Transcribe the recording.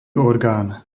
orgán